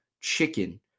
chicken